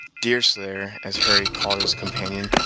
deerslayer, as hurry called his companion,